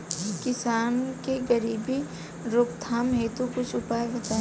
किसान के गरीबी रोकथाम हेतु कुछ उपाय बताई?